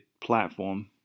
platform